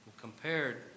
Compared